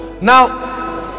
now